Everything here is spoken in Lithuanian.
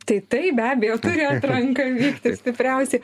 tai taip be abejo turi atranka vykti stipriausi